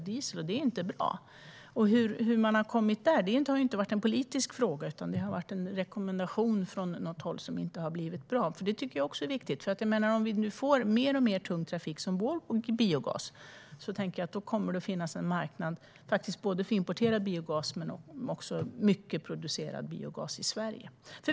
Det är inte bra. Att man har kommit dit har inte varit en politisk fråga, utan det har handlat om en rekommendation från något håll som inte har blivit bra. Detta tycker jag också är viktigt. Om vi får mer och mer tung trafik som går på biogas tänker jag att det kommer att finnas en marknad för både importerad biogas och en stor mängd biogas som produceras i Sverige.